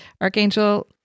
Archangel